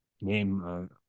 name